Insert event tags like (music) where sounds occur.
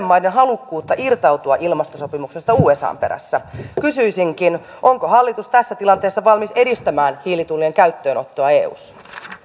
(unintelligible) maiden halukkuutta irtautua ilmastosopimuksesta usan perässä kysyisinkin onko hallitus tässä tilanteessa valmis edistämään hiilitullien käyttöönottoa eussa